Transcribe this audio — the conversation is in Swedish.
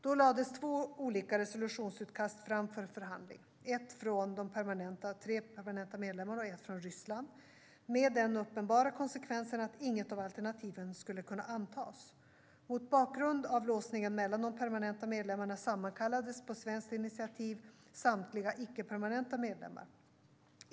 Då lades två olika resolutionsutkast fram för förhandling, ett från de tre permanenta medlemmarna och ett från Ryssland, med den uppenbara konsekvensen att inget av alternativen skulle kunna antas. Mot bakgrund av låsningen mellan de permanenta medlemmarna sammankallades, på svenskt initiativ, samtliga icke-permanenta medlemmar.